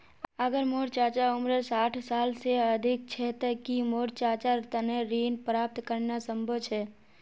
अगर मोर चाचा उम्र साठ साल से अधिक छे ते कि मोर चाचार तने ऋण प्राप्त करना संभव छे?